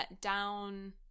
down